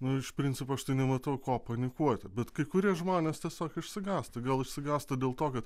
nu iš principo aš tai nematau ko panikuoti bet kai kurie žmonės tiesiog išsigąsta gal išsigąsta dėl to kad